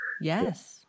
Yes